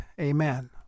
Amen